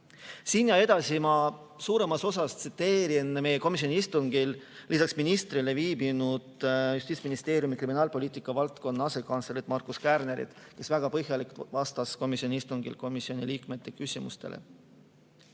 Siin ja edasi ma suuremas osas tsiteerin meie komisjoni istungil lisaks ministrile viibinud Justiitsministeeriumi kriminaalpoliitika valdkonna asekantslerit Markus Kärnerit, kes väga põhjalikult vastas komisjoni istungil komisjoni liikmete küsimustele.